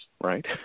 right